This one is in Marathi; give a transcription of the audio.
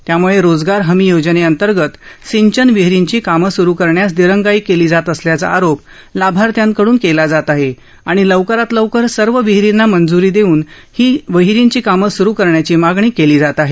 त्यामुळे रोजगार हमी योजनेअंतर्गत सिंचन विहिरीची कामं सुरु करण्यास दिरंगाई केली जात असल्याचा आरोप लाभार्थ्यांकड्न केला जात आहे आणि लवकरात लवकर सर्व विहिरीना मंज्री देऊन ही सिंचन विहिरीची कामं सुरु करण्याची मागणी लाभार्थ्यां कड्न केली जात आहे